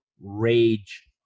rage